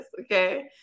okay